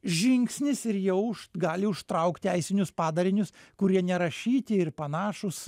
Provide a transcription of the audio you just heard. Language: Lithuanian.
žingsnis ir jau už gali užtraukt teisinius padarinius kurie nerašyti ir panašūs